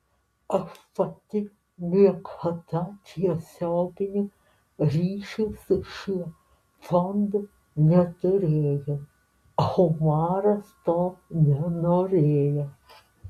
aš pati niekada tiesioginių ryšių su šiuo fondu neturėjau omaras to nenorėjo